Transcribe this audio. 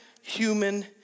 human